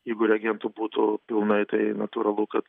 jeigu reagentų būtų pilnai tai natūralu kad